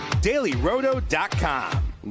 dailyroto.com